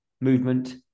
movement